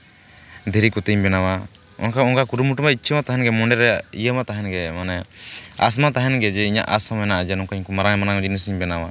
ᱫᱷᱤᱨᱤ ᱠᱚᱛᱮᱧ ᱵᱮᱱᱟᱣᱟ ᱚᱱᱠᱟ ᱚᱱᱠᱟ ᱠᱩᱨᱩᱢᱩᱴᱩ ᱤᱪᱪᱷᱟᱹ ᱢᱟ ᱛᱟᱦᱮᱱ ᱜᱮ ᱢᱚᱱᱮᱨᱮ ᱤᱭᱟᱹ ᱢᱟ ᱛᱟᱦᱮᱱ ᱜᱮ ᱢᱟᱱᱮ ᱟᱥ ᱢᱟ ᱛᱟᱦᱮᱱ ᱜᱮ ᱡᱮ ᱤᱧᱟᱹᱜ ᱟᱥᱢᱟ ᱛᱟᱦᱮᱱ ᱜᱮ ᱡᱮ ᱤᱧᱟᱹᱜ ᱟᱥ ᱢᱟ ᱛᱟᱦᱮᱱ ᱜᱮ ᱱᱚᱝᱠᱟᱱ ᱢᱟᱨᱟᱝ ᱢᱟᱨᱟᱝ ᱡᱤᱱᱤᱥᱤᱧ ᱵᱮᱱᱟᱣᱟ